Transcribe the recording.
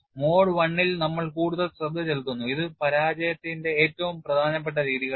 mode I ൽ നമ്മൾ കൂടുതൽ ശ്രദ്ധ ചെലുത്തുന്നു ഇത് പരാജയത്തിന്റെ ഏറ്റവും പ്രധാനപ്പെട്ട രീതികളാണ്